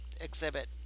exhibit